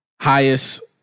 highest